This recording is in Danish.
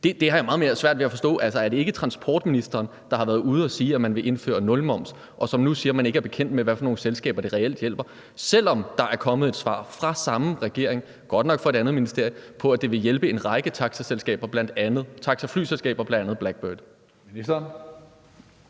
Det har jeg meget sværere ved at forstå. Er det ikke transportministeren, der har været ude at sige, at man vil indføre nulmoms, men som nu siger, at man ikke er bekendt med, hvad for nogle selskaber det reelt hjælper, selv om der er kommet et svar fra samme regering, godt nok fra et andet ministerie, om, at det vil hjælpe en række taxaflyselskaber, bl.a. Blackbird Air?